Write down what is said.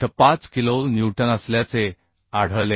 5 kilo newton असल्याचे आढळले आहे